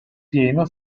pieno